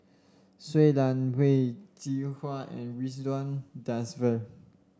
Shui Lan Wen Jinhua and Ridzwan Dzafir